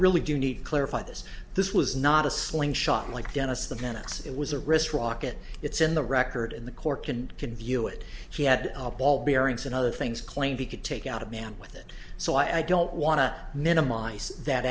really do need clarify this this was not a slingshot like dennis the menace it was a wrist rocket it's in the record in the court can can view it he had a ball bearings and other things claimed he could take out a man with it so i don't want to minimize that